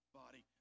body